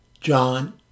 John